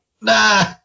Nah